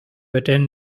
attend